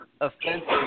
offensive